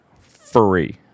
Free